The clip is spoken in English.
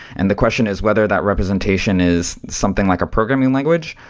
and the question is whether that representation is something like a programming language,